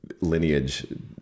lineage